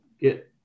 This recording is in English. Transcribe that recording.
get